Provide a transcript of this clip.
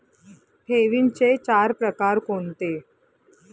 ठेवींचे चार प्रकार कोणते?